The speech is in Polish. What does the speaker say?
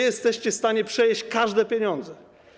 Jesteście w stanie przejeść każde pieniądze.